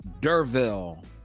Derville